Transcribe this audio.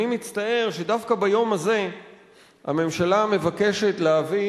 אני מצטער שדווקא ביום הזה הממשלה מבקשת להביא